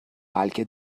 بلکه